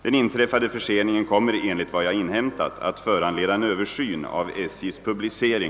Den inträffade förseningen kommer enligt vad jag inhämtat att föranleda en